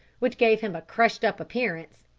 which gave him a crushed-up appearance,